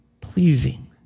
Pleasing